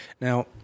Now